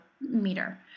meter